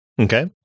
Okay